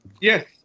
Yes